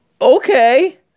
okay